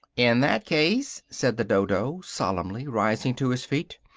in that case, said the dodo solemnly, rising to his feet,